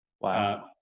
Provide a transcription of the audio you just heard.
Wow